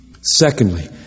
Secondly